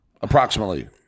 Approximately